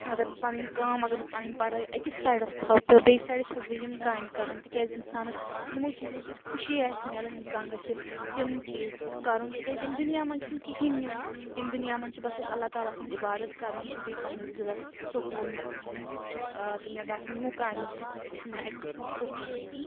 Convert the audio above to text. اگر بہٕ پَنٕنۍ کٲم اگر بہٕ پَنٕنۍ پَڑھٲے أکِس سایڈَس تھاوٕ تہٕ بیٚیہِ سایڈٕ چھیٚس بہٕ یِم کامہِ کَران تِکیٛازِ اِنسانَس یِمو چیٖزو سۭتۍ خوشی آسہِ میلان اِنسان گژھہِ تِم چیٖز کَرُن تِکیٛازِ ییٚمہِ دُنیا منٛز چھُنہٕ کِہیٖنۍ نیٛن ییٚمہِ دُنیا منٛز چھِ بَس اسہِ اللہ تعالیٰ سٕنٛز عبادت کَرٕنۍ تہٕ بیٚیہِ پَننِس دِلَس سکوٗن بخشُن ٲں تہٕ مےٚ باسان یِمو کامیٛو سۭتۍ چھُ مےٚ اَکہِ قٕسمُک سکوٗن میلان